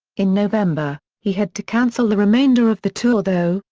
in november, he had to cancel the remainder of the tour though,